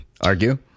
Argue